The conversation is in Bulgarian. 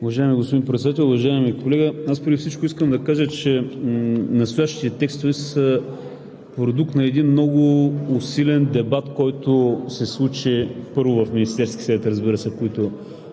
Уважаеми господин Председател, уважаеми колега! Аз преди всичко искам да кажа, че настоящите текстове са продукт на един много усилен дебат, който се случи, първо, в Министерския съвет, разбира се, които